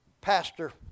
pastor